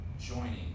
Joining